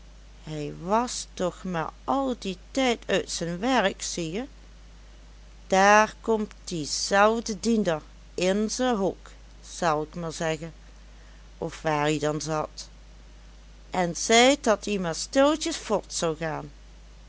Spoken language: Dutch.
brommen hij was toch maar al die tijd uit zen werk zie je daar komt die zelfde diender in zen hok zel ik maar zeggen of waar dat ie dan zat en zeit dat ie maar stilletjes vort zou gaan